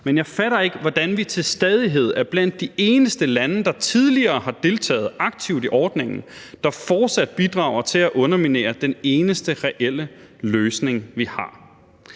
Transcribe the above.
Men jeg fatter ikke, hvordan vi til stadighed er blandt de eneste lande, der tidligere har deltaget aktivt i ordningen, der fortsat bidrager til at underminere den eneste reelle løsning, vi har.